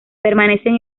permanecen